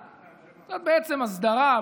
זו בעצם הסדרה.